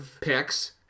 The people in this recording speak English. picks